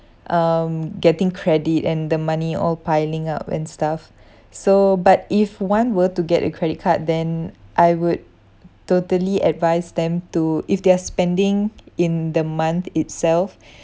um getting credit and the money all piling up and stuff so but if one were to get a credit card then I would totally advise them to if they are spending in the month itself